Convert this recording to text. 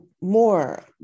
more